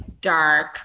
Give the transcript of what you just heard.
dark